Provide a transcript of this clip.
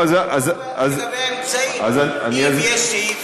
אני שואל רק לגבי האמצעים: אם יש סעיף